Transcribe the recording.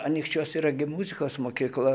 anykščiuose yra gi muzikos mokykla